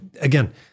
again